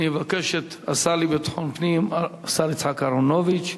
אני מבקש מהשר לביטחון פנים, השר יצחק אהרונוביץ,